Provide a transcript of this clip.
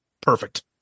perfect